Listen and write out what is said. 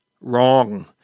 Wrong